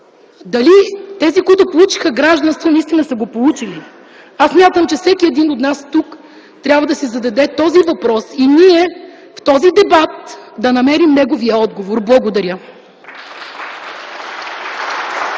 Дали тези, които получиха гражданството, наистина са го получили? Аз смятам, че всеки един от нас тук трябва да си зададе този въпрос и ние в този дебат да намерим неговия отговор. Благодаря.